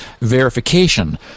verification